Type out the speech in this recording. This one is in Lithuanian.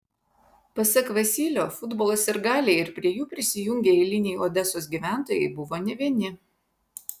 pasak vasylio futbolo sirgaliai ir prie jų prisijungę eiliniai odesos gyventojai buvo ne vieni